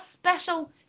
special